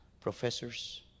professors